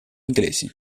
inglesi